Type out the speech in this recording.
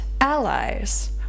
allies